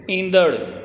ईंदड़